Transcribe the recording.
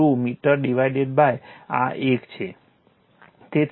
002 metre divided by આ એક છે